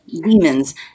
demons